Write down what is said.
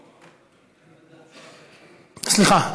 סליחה,